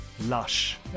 lush